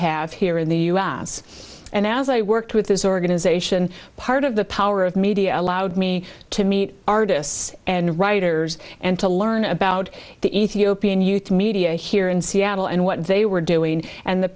have here in the u s and as i worked with this organization part of the power of media allowed me to meet artists and writers and to learn about the ethiopian youth media here in seattle and what they were doing and the